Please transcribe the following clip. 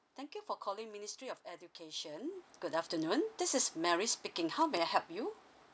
thank you for calling ministry of education good afternoon this is mary speaking how may I help you